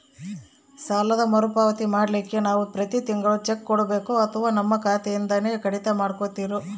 ಸಾಲದ ಮರುಪಾವತಿ ಮಾಡ್ಲಿಕ್ಕೆ ನಾವು ಪ್ರತಿ ತಿಂಗಳು ಚೆಕ್ಕು ಕೊಡಬೇಕೋ ಅಥವಾ ನಮ್ಮ ಖಾತೆಯಿಂದನೆ ಕಡಿತ ಮಾಡ್ಕೊತಿರೋ?